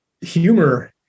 humor